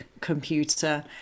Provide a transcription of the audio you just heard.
computer